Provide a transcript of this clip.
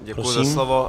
Děkuji za slovo.